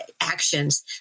actions